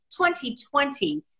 2020